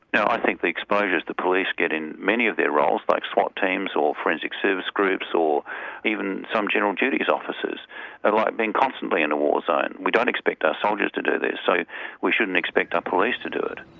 now, i think the exposures that police get in many of their roles like swat teams, or forensic service groups, or even some general duties officers is like being constantly in a war zone. we don't expect our soldiers to do this, so we shouldn't expect our police to do it.